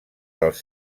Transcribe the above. dels